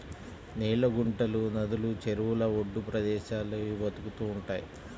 నీళ్ళ గుంటలు, నదులు, చెరువుల ఒడ్డు ప్రదేశాల్లో ఇవి బతుకుతూ ఉంటయ్